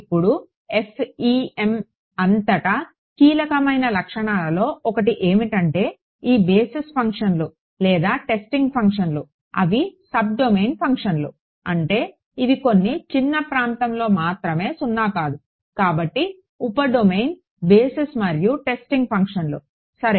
ఇప్పుడు FEM అంతటా కీలకమైన లక్షణాలలో ఒకటి ఏమిటంటే ఈ బేసిస్ ఫంక్షన్లు లేదా టెస్టింగ్ ఫంక్షన్లు అవి సబ్ డొమైన్ ఫంక్షన్లు అంటే అవి కొన్ని చిన్న ప్రాంతంలో మాత్రమే సున్నా కాదు కాబట్టి ఉప డొమైన్ బేసిస్ మరియు టెస్టింగ్ ఫంక్షన్లు సరే